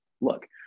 look